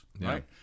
right